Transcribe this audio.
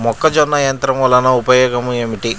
మొక్కజొన్న యంత్రం వలన ఉపయోగము ఏంటి?